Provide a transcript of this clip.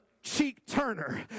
cheek-turner